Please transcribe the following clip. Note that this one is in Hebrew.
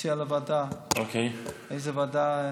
מציע להעביר לוועדה, איזה ועדה?